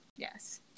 Yes